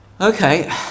Okay